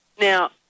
Now